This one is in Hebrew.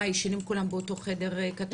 ישנים כולם באותו חדר?